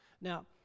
Now